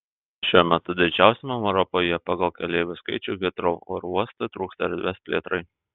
šiuo metu didžiausiam europoje pagal keleivių skaičių hitrou oro uostui trūksta erdvės plėtrai